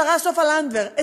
השרה סופה לנדבר,